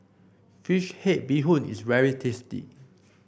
fish head Bee Hoon is very tasty